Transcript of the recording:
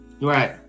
right